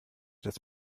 das